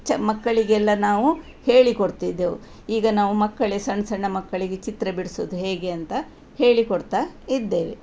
ಚ ಮಕ್ಕಳಿಗೆಲ್ಲ ನಾವು ಹೇಳಿಕೊಡ್ತಿದ್ದೆವು ಈಗ ನಾವು ಮಕ್ಕಳು ಸಣ್ಣ ಸಣ್ಣ ಮಕ್ಕಳಿಗೆ ಚಿತ್ರ ಬಿಡ್ಸೋದು ಹೇಗೆ ಅಂತ ಹೇಳಿಕೊಡ್ತಾ ಇದ್ದೇವೆ